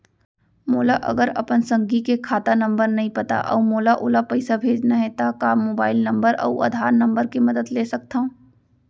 मोला अगर अपन संगी के खाता नंबर नहीं पता अऊ मोला ओला पइसा भेजना हे ता का मोबाईल नंबर अऊ आधार नंबर के मदद ले सकथव?